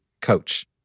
coach